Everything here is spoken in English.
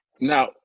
Now